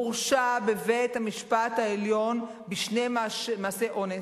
מורשע בבית-המשפט העליון בשני מעשי אונס,